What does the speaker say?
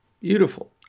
Beautiful